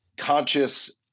Conscious